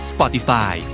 Spotify